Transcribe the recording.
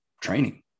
training